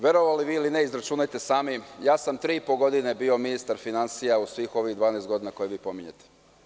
Verovali ili ne, izračunajte sami, ja sam tri i po godine bio ministar finansija u svih ovih 12 godina koje vi pominjete.